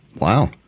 Wow